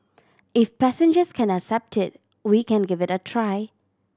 if passengers can accept it we can give it a try